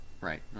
Right